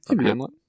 Hamlet